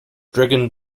dragon